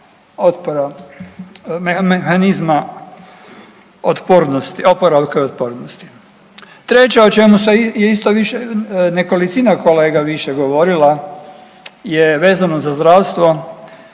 otpornosti, oporavka i otpornosti. Treća o čemu se isto više, nekolicina kolega više govorila je vezano za zdravstvo.